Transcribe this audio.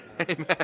Amen